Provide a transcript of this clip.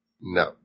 No